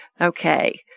Okay